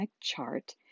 chart